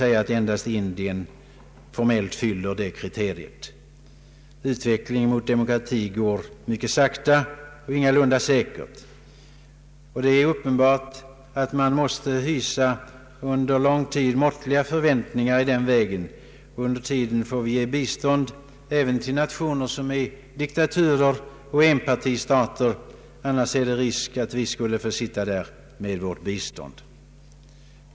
Kanske endast Indien kan formellt sägas uppfylla det kriteriet. Utvecklingen mot demokrati går mycket sakta och ingalunda säkert. Det är uppenbart att man måste hysa måttliga förväntningar i den vägen under lång tid. Under tiden får vi ge bistånd även till diktaturer och enpartistater — annars är det risk för att vi får sitta med vårt bistånd för oss själva.